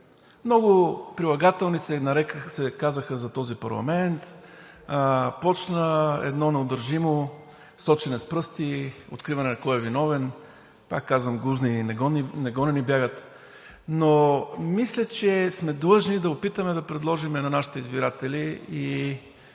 Много прилагателни се казаха за този парламент, започна едно неудържимо сочене с пръсти, откриване кой е виновен, пак казвам, гузни негонени бягат, но мисля, че сме длъжни да опитаме да предложим на нашите избиратели и